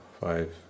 five